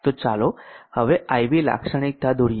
તો ચાલો હવે IV લાક્ષણિકતા દોરીએ